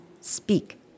speak